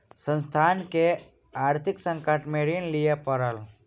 संस्थान के आर्थिक संकट में ऋण लिअ पड़ल